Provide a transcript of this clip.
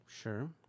sure